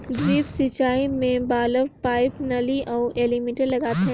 drip सिंचई मे valve, pipe, नली अउ एलीमिटर लगाथें